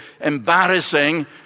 embarrassing